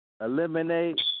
eliminate